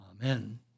Amen